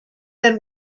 then